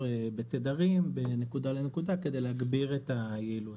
בתדרים בנקודה לנקודה כדי להגביר את היעילות.